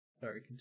Sorry